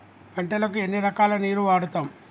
పంటలకు ఎన్ని రకాల నీరు వాడుతం?